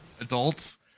adults